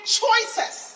choices